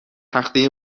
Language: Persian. تخته